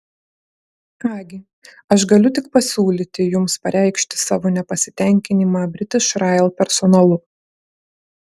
ką gi aš galiu tik pasiūlyti jums pareikšti savo nepasitenkinimą british rail personalu